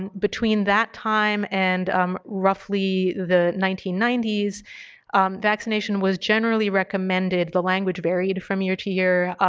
and between that time and um roughly the nineteen ninety s vaccination was generally recommended, the language varied from year to year,